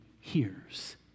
hears